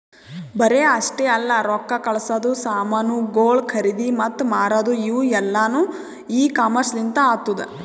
ಬರೇ ಅಷ್ಟೆ ಅಲ್ಲಾ ರೊಕ್ಕಾ ಕಳಸದು, ಸಾಮನುಗೊಳ್ ಖರದಿ ಮತ್ತ ಮಾರದು ಇವು ಎಲ್ಲಾನು ಇ ಕಾಮರ್ಸ್ ಲಿಂತ್ ಆತ್ತುದ